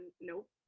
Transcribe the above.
nope